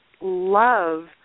love